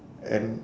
and